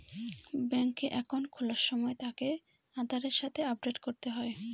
ব্যাঙ্কে একাউন্ট খোলার সময় তাকে আধারের সাথে আপডেট করতে হয়